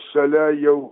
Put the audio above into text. šalia jau